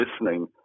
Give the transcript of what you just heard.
listening